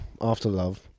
after-love